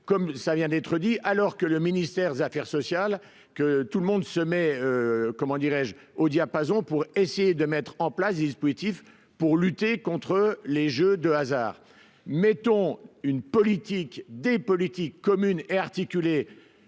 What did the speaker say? comme ça vient d'être dit, alors que le ministère des Affaires sociales, que tout le monde se met comment dirais-je, au diapason pour essayer de mettre en place, dispositif pour lutter contre les jeux de hasard, mettons une politique des politiques communes et articulé,